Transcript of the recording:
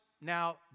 now